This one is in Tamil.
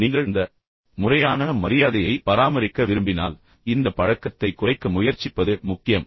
ஆனால் நீங்கள் அந்த முறையான மரியாதையை பராமரிக்க விரும்பினால் இந்த பழக்கத்தை நீங்கள் குறைக்க முயற்சிப்பது முக்கியம்